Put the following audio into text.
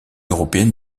européenne